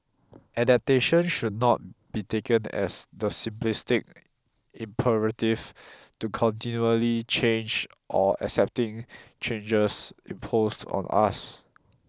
adaptation should not be taken as the simplistic imperative to continually change or accepting changes imposed on us